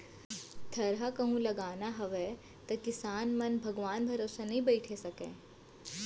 थरहा कहूं लगाना हावय तौ किसान मन भगवान भरोसा नइ बइठे सकयँ